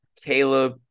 Caleb